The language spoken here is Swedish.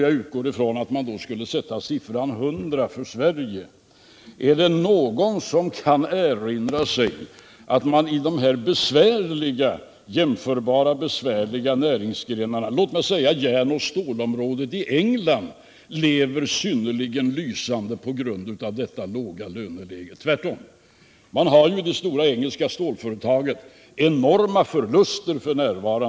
Jag utgår från att man då skulle ha siffran 100 för Sverige. Är det någon som kan erinra sig att man inom de här jämförbara besvärliga näringsgrenarna — låt mig säga järnoch stålområdet — lever synnerligen lysande i England på grund av detta dåliga löneläge? Tvärtom! I det största engelska stålföretaget har man enorma förluster f. n.